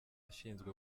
ashinzwe